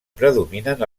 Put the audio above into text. predominen